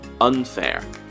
unfair